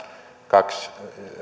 kaksi